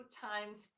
times